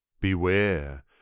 Beware